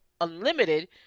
Unlimited